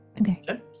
Okay